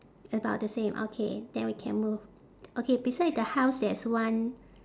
about the same okay then we can move okay beside the house there's one